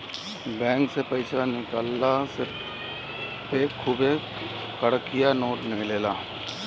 bank से पईसा निकलला पे खुबे कड़कड़िया नोट मिलेला